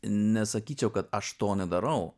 nesakyčiau kad aš to nedarau